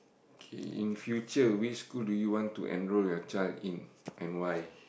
okay in future which school do you want to enroll your child in and why